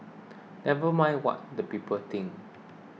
never mind what the people think